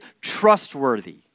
trustworthy